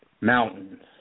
mountains